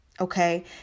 Okay